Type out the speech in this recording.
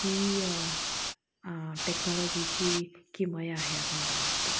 ही टेक्नॉलॉजीची किमया आहे असं मला वाटतं